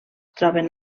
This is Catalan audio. troben